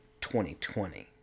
2020